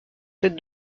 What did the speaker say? tête